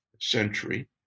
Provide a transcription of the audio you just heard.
century